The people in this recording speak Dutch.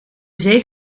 zee